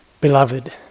beloved